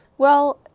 well,